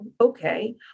okay